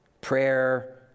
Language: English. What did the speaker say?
prayer